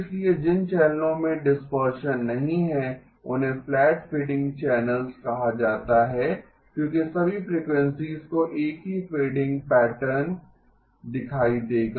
इसलिए जिन चैनलों में डिसपर्सन नहीं है उन्हें फ़्लैट फ़ेडिंग चैनलस कहा जाता है क्योंकि सभी फ्रीक्वेंसीज़ को एक ही फ़ेडिंग पैटर्न दिखाई देगा